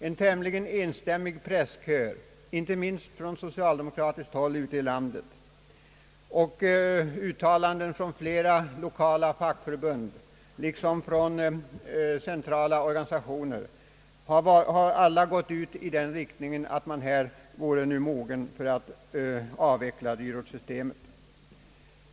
En tämligen enstämmig presskör inte minst från socialdemokratiskt håll ute i landet, liksom uttalanden från flera fackförbund och centrala organisationer, har gått i den riktningen att tiden nu vore mogen för systemets avveckling.